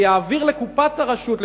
שיעביר לקופת הרשות,